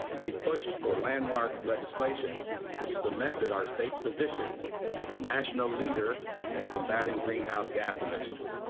we pushed for landmark legislation which cemented our state's position has a national leader in combating greenhouse gas emissions.